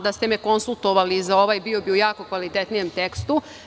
Da ste me konsultovali i za ovaj bio bi u jako kvalitetnijem tekstu.